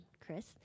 Chris